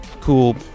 cool